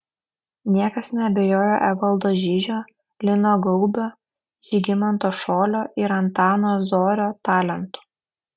niekas neabejojo evaldo žižio lino gaubio žygimanto šolio ir antano zorio talentu